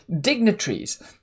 dignitaries